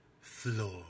floor